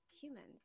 humans